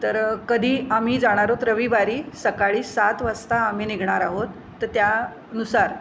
तर कधी आम्ही जाणार आहोत रविवारी सकाळी सात वाजता आम्ही निघणार आहोत तर त्यानुसार